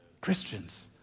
Christians